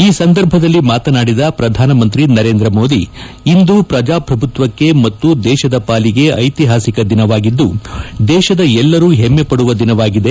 ಈ ಸಂದರ್ಭದಲ್ಲಿ ಮಾತನಾಡಿದ ಪ್ರಧಾನಮಂತ್ರಿ ನರೇಂದ್ರ ಮೋದಿ ಇಂದು ಪ್ರಜಾಪ್ರಭುತ್ವಕ್ಷೆ ಮತ್ತು ದೇಶದ ಪಾಲಿಗೆ ಐತಿಹಾಸಿಕ ದಿನವಾಗಿದ್ದು ದೇಶದ ಎಲ್ಲರೂ ಹೆಮ್ಮೆಪಡುವ ದಿನವಾಗಿದೆ